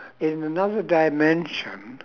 in another dimension